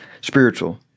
Spiritual